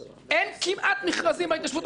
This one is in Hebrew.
אין כמעט מכרזים בהתיישבות הכפרית.